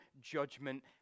judgment